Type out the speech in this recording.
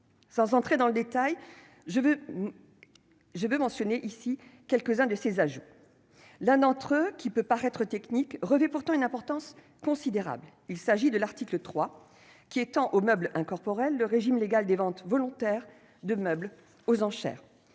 Sans entrer dans le détail, je mentionne toutefois quelques-uns de ces ajouts. L'un d'entre eux, qui peut paraître technique, revêt pourtant une importance considérable : il s'agit de l'article 3, qui étend aux meubles incorporels le régime légal des ventes volontaires de meubles aux enchères.